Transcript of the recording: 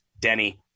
Denny